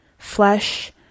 Flesh